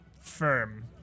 firm